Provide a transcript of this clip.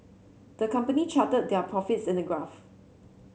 the company charted their profits in a graph